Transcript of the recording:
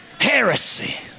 heresy